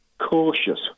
Cautious